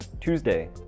Tuesday